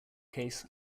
case